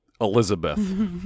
Elizabeth